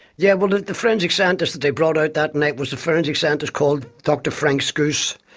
yeah well the the forensic scientist that they brought out that night was a forensic scientist called dr frank skuse.